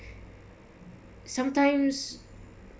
sometimes